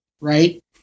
right